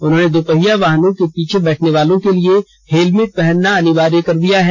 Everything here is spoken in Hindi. उन्होंने दोपहिया वाहनों में पीछे बैठने वालों के लिए हेलमेट पहनना अनिवार्य कर दिया है